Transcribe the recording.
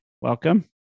Welcome